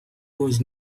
was